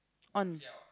on